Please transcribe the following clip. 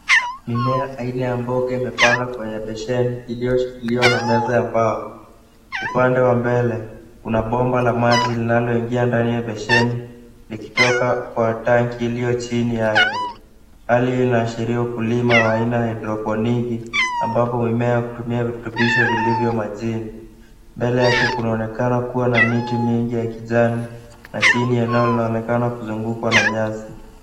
Mimea aina ya mboga imepanda kwenye besheni iliyoshikiliwa na meza ya mbao. Upande wa mbele, kuna bomba la maji linaloingia ndani ya besheni likitoka kwa tanki iliyo chini yake. Hali hii inaashiria ukulima wa aina ya hydroponic ambapo mimea kutumia virutubisho vilivyo majini. Mbele yake kunaonekana kuwa na miti mingi ya kijani na chini eneo linaonekana kuzungukwa na nyasi.